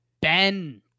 Ben